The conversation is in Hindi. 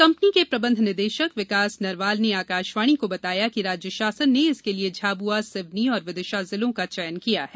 कंपनी के प्रबंध निदेषक विकास नरवाल ने आकाषवाणी को बताया कि राज्य षासन ने इसके लिये झाब्आ सिवनी और विदिशा जिलों का चयन किया है